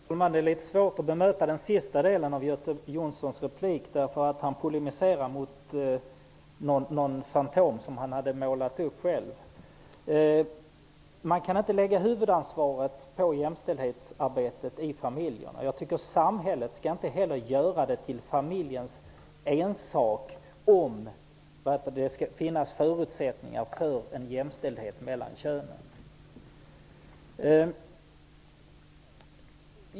Herr talman! Det är litet svårt att bemöta den sista delen av Göte Jonssons replik, eftersom han polemiserade emot någon fantom, som han själv hade målat upp. Man kan inte lägga huvudansvaret för jämställdhetsarbetet på familjerna. Jag tycker inte heller att samhället skall göra det till familjens ensak huruvida det skall finnas förutsättningar för en jämställdhet mellan könen.